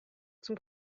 zum